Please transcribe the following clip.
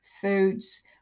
foods